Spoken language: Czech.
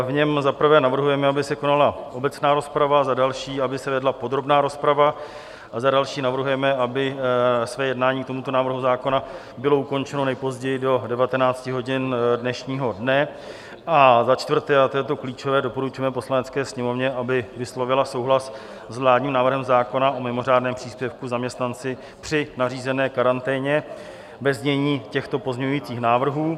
V něm za prvé navrhujeme, aby se konala obecná rozprava, za další, aby se vedla podrobná rozprava, za další navrhujeme, aby jednání k tomuto návrhu zákona bylo ukončeno nejpozději do 19 hodin dnešního dne, a za čtvrté a to je to klíčové doporučujeme Poslanecké sněmovně, aby vyslovila souhlas s vládním návrhem zákona o mimořádném příspěvku zaměstnanci při nařízené karanténě ve znění těchto pozměňovacích návrhů.